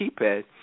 keypad